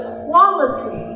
quality